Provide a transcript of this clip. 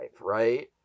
right